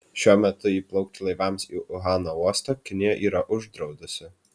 šiuo metu įplaukti laivams į uhano uostą kinija yra uždraudusi